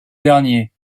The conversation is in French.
dernier